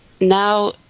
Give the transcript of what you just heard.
now